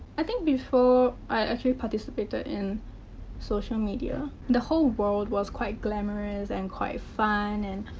i think, before i actually participated in social media, the whole world was quite glamorous and quite fun, and